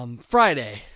Friday